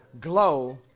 Glow